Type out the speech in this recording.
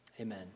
Amen